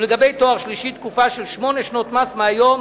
ולגבי תואר שלישי תקופה של שמונה שנות מס מהיום